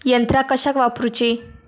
यंत्रा कशाक वापुरूची?